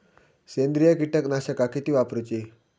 सेंद्रिय कीटकनाशका किती वापरूची?